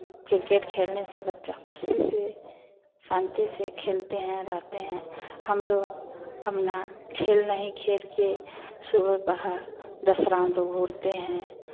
cricket खेलने से बच्चा खुशी से शांति खेलते हैं रहते हैं हम लोग अपना खेल नहीं खेल के सुबह पहा दस राउंड घूरते हैं